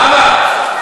זהבה.